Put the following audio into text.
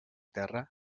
terra